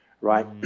right